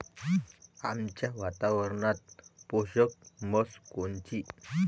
आमच्या वातावरनात पोषक म्हस कोनची?